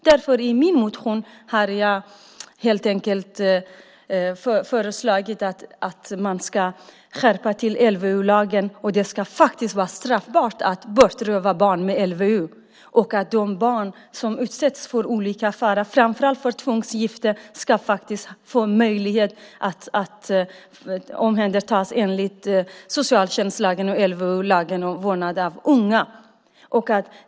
Därför har jag i min motion föreslagit att man ska skärpa LVU och att det ska vara straffbart att röva bort barn enligt LVU. De barn som utsätts för olika faror, framför allt tvångsgifte, ska ha möjlighet att omhändertas enligt socialtjänstlagen och LVU, lagen om vård av unga.